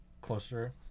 closer